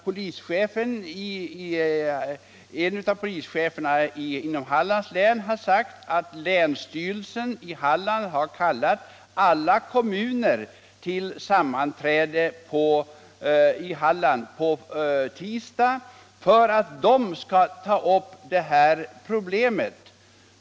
Polischeferna i Hallands län har kallats till sammanträde nu på tisdag för att diskutera dessa problem.